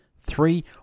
Three